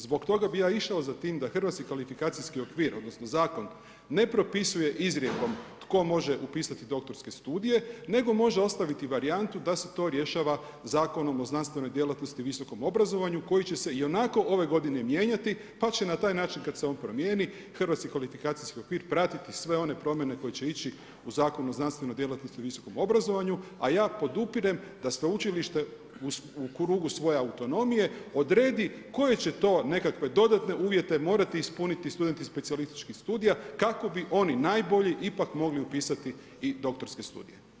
Zbog toga bi ja išao za da tim Hrvatski kvalifikacijski okvir odnosno zakon ne propisuje izrijekom tko može upisati doktorske studije, nego može ostaviti varijantu da se to rješava Zakonom o znanstvenoj djelatnosti i visokom obrazovanju koji će se ionako ove godine mijenjati pa će na taj način kad se on promijeni Hrvatski kvalifikacijski okvir pratiti sve one promjene koje će ići u Zakonu o znanstvenoj djelatnosti i visokom obrazovanju a ja podupirem da sveučilište u krugu svoje autonomije odredi koje će to nekakve dodatne uvjete morati ispuniti studenti specijalističkih studija kako bi oni najbolji ipak mogli upisati i doktorske studije.